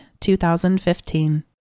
2015